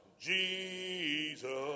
Jesus